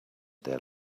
there